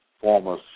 former